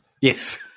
Yes